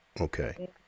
okay